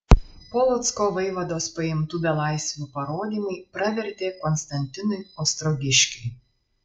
polocko vaivados paimtų belaisvių parodymai pravertė konstantinui ostrogiškiui